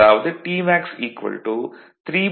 அதாவது Tmax 3ωs 0